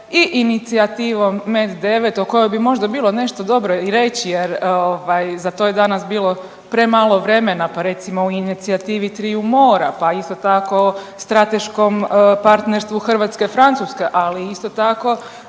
i inicijativom MED9 o kojoj bi možda bilo nešto dobro i reći jer ovaj za to je danas bilo premalo vremena pa recimo o inicijativi Triju mora, pa isto tako strateškom partnerstvu Hrvatske-Francuske, ali isto tako